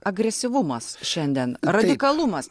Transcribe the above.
agresyvumas šiandien radikalumas